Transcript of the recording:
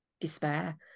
despair